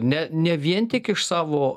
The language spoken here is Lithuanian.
ne ne vien tik iš savo